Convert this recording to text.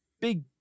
big